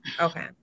Okay